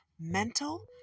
mental